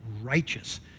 righteous